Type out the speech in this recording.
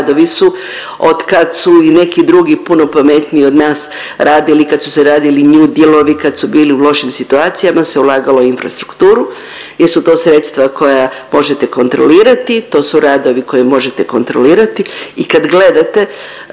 radovi su otkad su i neki drugi puno pametniji od nas radili, kad su se radili nju dilovi, kad su bili u lošim situacijama, se ulagalo u infrastrukturu jel su to sredstva koja možete kontrolirati, to su radovi koje možete kontrolirati i kad gledate